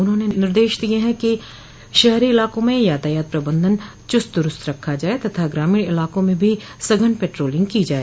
उन्होंने निर्देश दिए हैं कि शहरी इलाकों में यातायात प्रबन्धन चुस्त दुरुस्त रखा जाए तथा ग्रामीण इलाकों में भी सघन पेट्रोलिंग की जाए